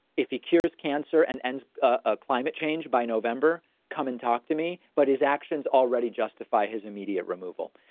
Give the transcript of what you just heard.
if he cures cancer and ends a climate change by november, come and talk to me. but his actions already justify his immediate removal.